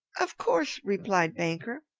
of course, replied banker.